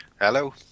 Hello